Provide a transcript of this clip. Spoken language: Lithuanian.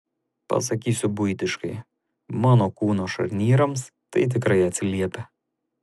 pasakysiu buitiškai mano kūno šarnyrams tai tikrai atsiliepia